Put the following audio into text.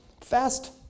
fast